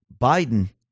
Biden